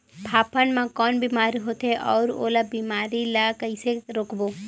फाफण मा कौन बीमारी होथे अउ ओला बीमारी ला कइसे रोकबो?